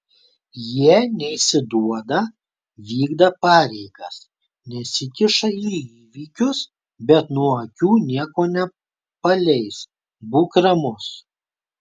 jie neišsiduoda vykdą pareigas nesikiša į įvykius bet nuo akių nieko nepaleis būk ramus